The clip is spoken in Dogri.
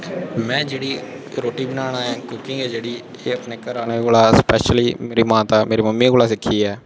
में जेह्ड़ी रुट्टी बनाना ऐं कुकिंग ऐ जेह्ड़ी एह् अपने घरा आह्लें कोला स्पैशली मेरा माता मेरी मम्मी कोला सिक्खी ऐ